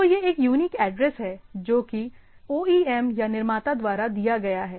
तो यह एक यूनिक एड्रेस है जो कि संदर्भ समय 2727 OEM या निर्माता द्वारा दिया गया है